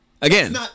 Again